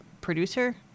producer